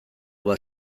bat